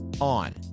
on